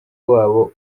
wabo